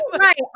Right